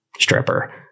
stripper